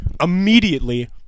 immediately